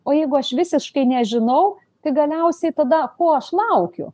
o jeigu aš visiškai nežinau tai galiausiai tada ko aš laukiu